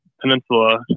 peninsula